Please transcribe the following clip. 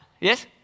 Yes